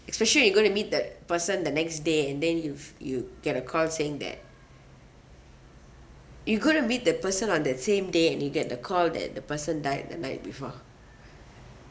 especially you going to meet that person the next day and then you've you get a call saying that you couldn't meet that person on that same day and you get the call that the person died the night before